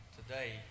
today